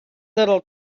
little